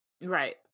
right